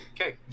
okay